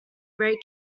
ray